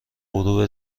غروب